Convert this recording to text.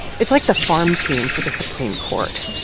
it's like the farm team for the supreme court.